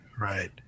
right